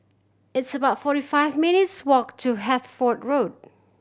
it's about forty five minutes' walk to Hertford Road